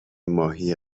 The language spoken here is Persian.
ماهی